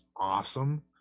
awesome